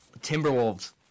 Timberwolves